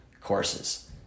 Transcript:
courses